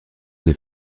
des